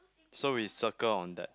so we circle on that